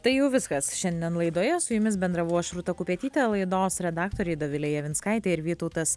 tai jau viskas šiandien laidoje su jumis bendravau aš rūta kupetytė laidos redaktoriai dovilė javinskaitė ir vytautas